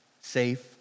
safe